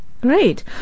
Great